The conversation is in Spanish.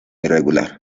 irregular